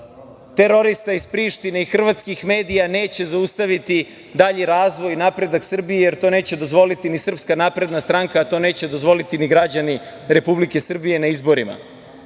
terorista iz Prištine i hrvatskih medija neće zaustaviti dalji razvoj i napredak Srbije, jer to neće dozvoliti ni SNS, a to neće dozvoliti ni građani Republike Srbije na izborima. Srbija